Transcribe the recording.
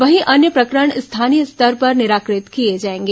वहीं अन्य प्रकरण स्थानीय स्तर पर निराकृत किए जाएंगे